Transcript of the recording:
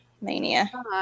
Mania